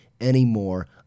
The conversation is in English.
anymore